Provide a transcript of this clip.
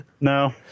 No